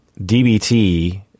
DBT